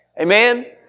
Amen